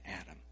Adam